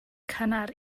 cynnar